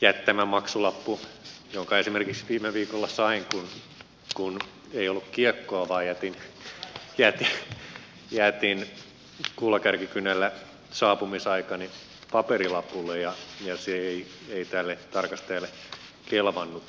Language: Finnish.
jättämä maksulappu jonka esimerkiksi viime viikolla sain kun ei ollut kiekkoa vaan jätin kuulakärkikynällä saapumisaikani paperilapulle ja se ei tälle tarkastajalle kelvannut